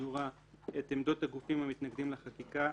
סדורה את עמדות הגופים המתנגדים לחקיקה,